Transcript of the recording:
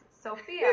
Sophia